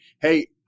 Hey